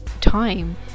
time